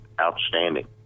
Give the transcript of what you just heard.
outstanding